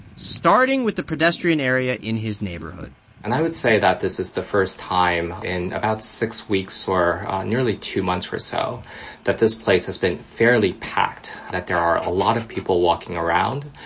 starting with the pedestrian area in his neighborhood and i would say that this is the first time in about six weeks or nearly two months or so that this place has been fairly packed, that there are a lot of people walking around.